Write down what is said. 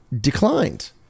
declined